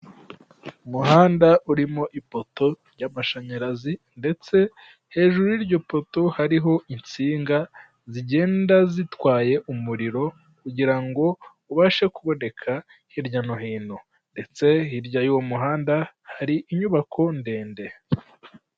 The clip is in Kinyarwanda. Umuhanda urimo ipoto y'amashanyarazi ndetse hejuru y'iryo poto hariho insinga zigenda zitwaye umuriro kugirango ubashe kuboneka hirya no hino ndetse hirya y'uwo muhanda hari inyubako ndende.